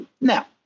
Now